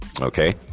Okay